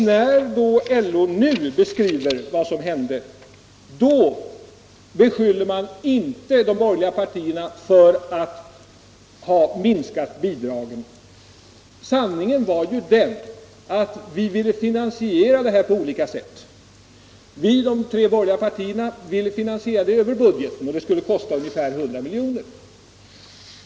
När LO där beskriver vad som hände beskyller man inte de borgerliga partierna för att ha minskat bidragen. Sanningen är nämligen den att vi ville finansiera det här på olika sätt. De tre borgerliga partierna ville finansiera det över budgeten — det skulle kosta ungefär 100 milj.kr.